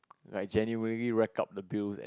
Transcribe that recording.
like genuinely rack up the bills and